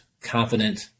confident